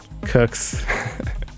cooks